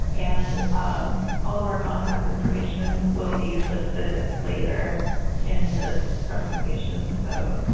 and all of our contact information will be listed later in this presentation. so